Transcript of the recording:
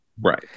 right